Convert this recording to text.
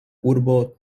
urbo